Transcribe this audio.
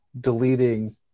deleting